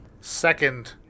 Second